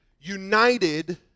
united